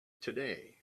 today